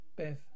Beth